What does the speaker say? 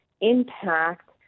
impact